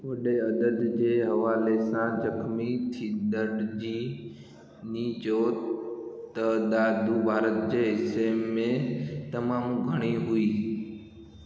वॾे अदद जे हवाले सां ज़ख़्मी थींदड़ जी नी जो तइदादु भारत जे हिस्से में तमामु घणी हुई